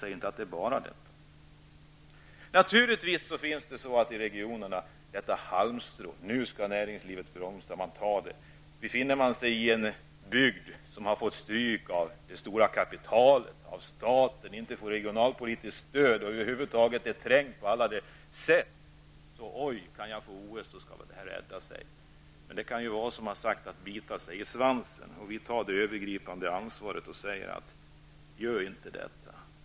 Man tar naturligtvis i vissa regioner tag i detta halmstrå för att näringslivet skall kunna blomstra. Om man befinner sig i en bygd som har fått stryk av det stora kapitalet, av staten, inte får regionalpolitiskt stöd och över huvud taget är trängd på alla sätt, kan ju detta att få OS rädda situationen. Men detta kan ju vara att bita sig i själv i svansen. Vi tar det övergripande ansvaret och säger: Gör inte detta.